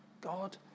God